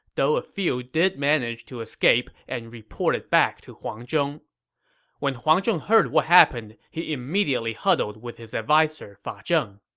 though ah some did manage to escape and reported back to huang zhong when huang zhong heard what happened, he immediately huddled with his adviser fa zheng.